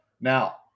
Now